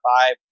five